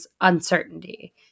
uncertainty